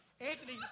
Anthony